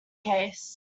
case